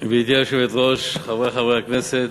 גברתי היושבת-ראש, חברי חברי הכנסת,